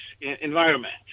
environment